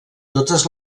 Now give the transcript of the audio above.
totes